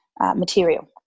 material